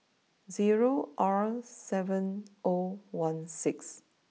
zero R seven O one six